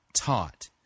taught